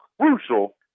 crucial